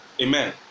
Amen